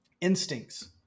instincts